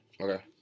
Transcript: Okay